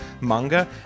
manga